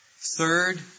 Third